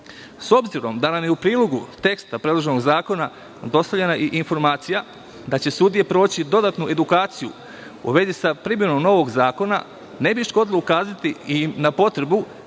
obzirom da nam je u prilogu teksta predloženog zakona dostavljena i informacija da će sudije proći dodatnu edukaciju u vezi sa primenom novog zakona, ne bi škodilo ukazati i na potrebu da